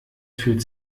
fühlt